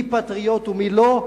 מי פטריוט ומי לא?